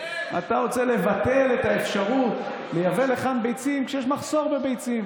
אתה רוצה לבטל את האפשרות לייבא לכאן ביצים כשיש מחסור בביצים.